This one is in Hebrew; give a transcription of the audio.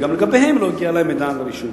וגם לגביהן לא הגיע אלי מידע על הרישום.